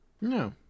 No